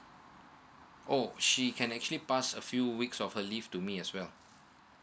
oh she can actually pass a few weeks of her leave to me as well